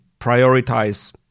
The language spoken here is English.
prioritize